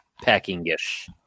packing-ish